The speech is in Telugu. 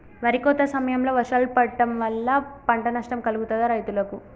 వరి కోత సమయంలో వర్షాలు పడటం వల్ల పంట నష్టం కలుగుతదా రైతులకు?